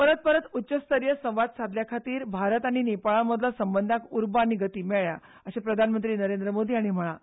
परत परत उच्च स्तरीय संवाद सादले उपरांत भारत आनी नेपाळा मदलो संबंदोक उर्बा आनी गती मेळ्ळ्या अशें प्रधानमंत्री नरेंद्र मोदी हांणी म्हळां